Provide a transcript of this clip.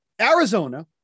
Arizona